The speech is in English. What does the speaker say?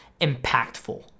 impactful